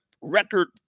record